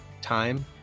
time